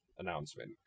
announcement